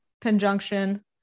conjunction